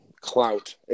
clout